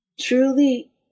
truly